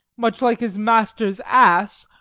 much like his master's ass,